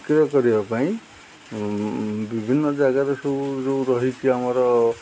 ବିକ୍ରୟ କରିବା ପାଇଁ ବିଭିନ୍ନ ଜାଗାରେ ସବୁ ଯେଉଁ ରହିଛି ଆମର